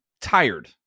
tired